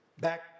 Back